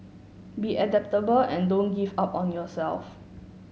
be adaptable and don't give up on yourself